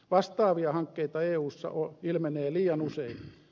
vastaavia hankkeita eussa ilmenee liian usein